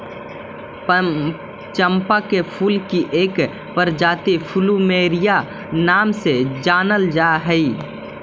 चंपा के फूल की एक प्रजाति प्लूमेरिया नाम से जानल जा हई